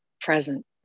present